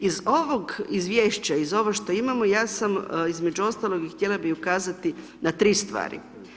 Iz ovog izvješća iz ovog što imamo ja sam između ostalog i htjela bi ukazati na 3 stvari.